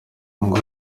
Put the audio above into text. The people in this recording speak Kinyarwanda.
ngo